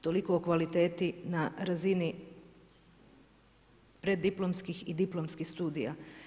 Toliko o kvaliteti na razini preddiplomskih i diplomskih studija.